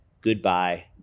Goodbye